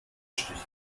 stichwort